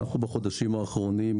בחודשים האחרונים,